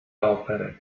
opere